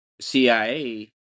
CIA